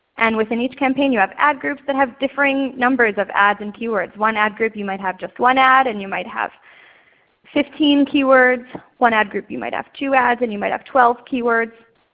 and within each campaign you have ad groups that have differing numbers of ads and keywords. one ad group you might have just one ad and you might have fifteen keywords. one ad group you might have two ads and you might have twelve keywords.